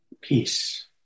peace